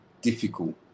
difficult